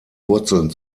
wurzeln